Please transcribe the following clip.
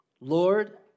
Lord